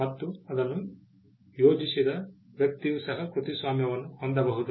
ಮತ್ತು ಅದನ್ನು ಯೋಜಿಸಿದ ವ್ಯಕ್ತಿಯು ಸಹ ಕೃತಿಸ್ವಾಮ್ಯವನ್ನು ಹೊಂದಬಹುದು